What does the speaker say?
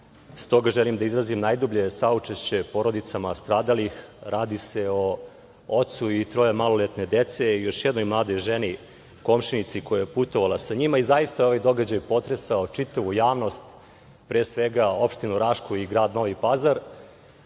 stoga želim da izrazim najdublje saučešće porodicama stradalih. Radi se o ocu i troje maloletne dece i još jednoj mladoj ženi, komšinici, koja je putovala sa njima i zaista je ovaj događaj potresao čitavu javnost, pre svega, opštinu Rašku i grad Novi Pazar.